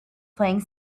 playing